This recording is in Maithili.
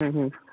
हूँ हूँ